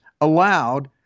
allowed